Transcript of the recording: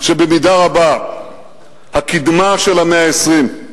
שבמידה רבה הקדמה של המאה ה-20,